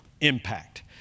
impact